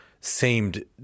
seemed